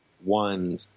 one